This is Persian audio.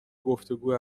گفتگو